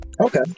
okay